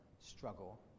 struggle